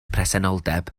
presenoldeb